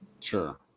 sure